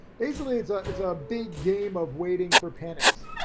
basically it's ah it's a big game of waiting for panics.